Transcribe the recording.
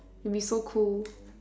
it'll be so cool